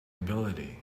ability